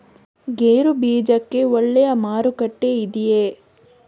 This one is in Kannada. ಗೇರು ಬೀಜಕ್ಕೆ ಒಳ್ಳೆಯ ಮಾರುಕಟ್ಟೆ ಇದೆಯೇ?